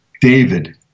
David